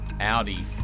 Audi